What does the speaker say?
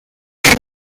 seven